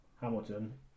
Hamilton